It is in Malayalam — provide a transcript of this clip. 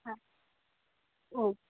ആ ഓ